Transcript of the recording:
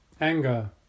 anger